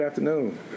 afternoon